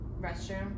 restroom